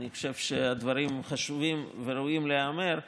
אני חושב שהדברים חשובים וראויים להיאמר.